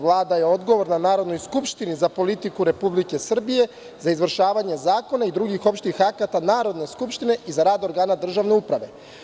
Vlada je odgovorna Narodnoj skupštini za politiku Republike Srbije, za izvršavanje zakona i drugih opštih akata Narodne skupštine i za rad organa državne uprave“